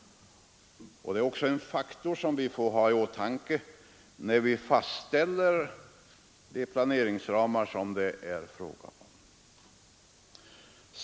Detta är en faktor som vi också får ha i åtanke, när vi fastställer planeringsramarna.